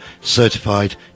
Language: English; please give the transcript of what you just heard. Certified